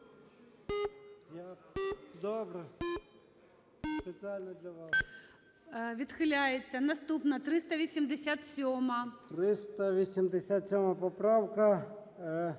Відхиляється. Наступна 399 поправка.